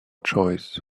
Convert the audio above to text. choice